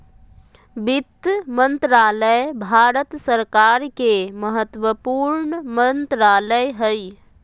वित्त मंत्रालय भारत सरकार के महत्वपूर्ण मंत्रालय हइ